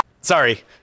Sorry